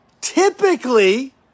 typically